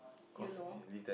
you know